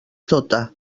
tota